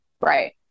Right